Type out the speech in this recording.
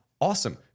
awesome